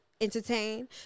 entertain